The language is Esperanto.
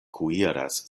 kuiras